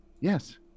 Yes